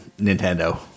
Nintendo